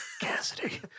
Cassidy